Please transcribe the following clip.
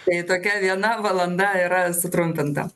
tai tokia viena valanda yra sutrumpinta